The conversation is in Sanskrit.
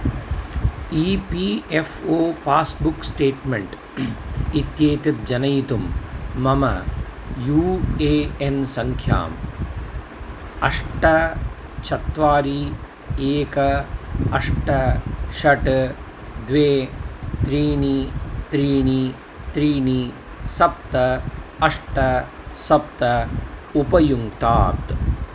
E P F O passbook statement इत्येतद् जनयितुं मम यु ए एन् सङ्ख्याम् अष्ट चत्वारि एकम् अष्ट षट् द्वे त्रीणि त्रीणि त्रीणि सप्त अष्ट सप्त उपयुङ्क्तात्